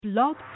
Blog